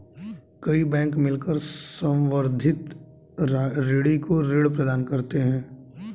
कई बैंक मिलकर संवर्धित ऋणी को ऋण प्रदान करते हैं